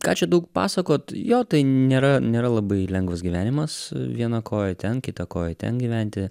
ką čia daug pasakot jo tai nėra nėra labai lengvas gyvenimas viena koja ten kita koja ten gyventi